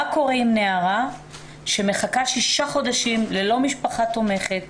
מה קורה עם נערה שמחכה שישה חודשים ללא משפחה תומכת,